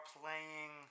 playing